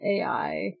AI